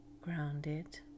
grounded